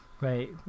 right